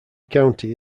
county